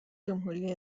جمهوری